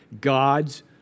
God's